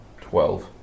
Twelve